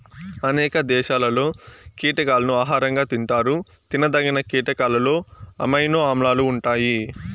అనేక దేశాలలో కీటకాలను ఆహారంగా తింటారు తినదగిన కీటకాలలో అమైనో ఆమ్లాలు ఉంటాయి